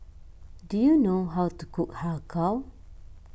do you know how to cook Har Kow